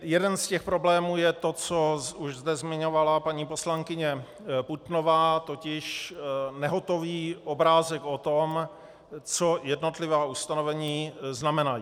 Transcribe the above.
Jeden z těch problémů je to, co zde zmiňovala paní poslankyně Putnová, totiž nehotový obrázek o tom, co jednotlivá ustanovení znamenají.